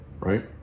Right